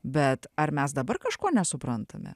bet ar mes dabar kažko nesuprantame